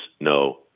no